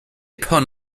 pun